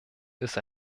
ist